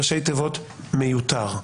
ראשי תיבות מיותר.